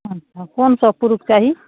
अच्छा कोन सब प्रुफ चाही